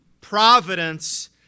providence